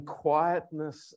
quietness